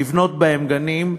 לבנות בהם גנים,